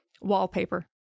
Wallpaper